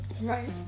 Right